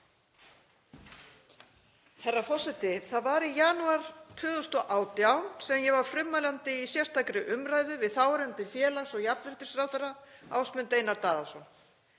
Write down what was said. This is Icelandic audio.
Herra forseti. Það var í janúar 2018 sem ég var frummælandi í sérstakri umræðu við þáverandi félags- og jafnréttisráðherra, Ásmund Einar Daðason.